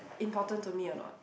important to me or not